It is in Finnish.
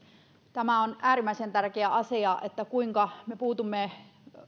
tämä on äärimmäisen tärkeä asia kuinka me puutumme